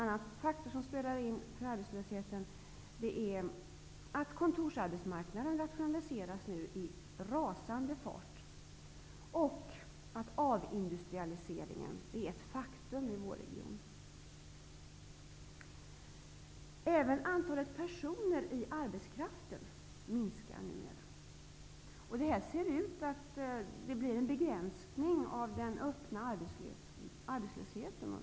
Andra faktorer som spelar en roll när det gäller arbetslösheten är att kontorsarbetsmarknaden nu rationaliseras med en rasande fart, och att avindustrialiseringen är ett faktum i vår region. Även antalet personer i arbetskraften minskar numera. Det ser ut att bli en begränsning av den öppna arbetslösheten.